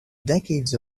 decades